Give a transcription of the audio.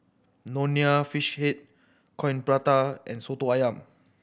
Nonya Fish Head Coin Prata and Soto Ayam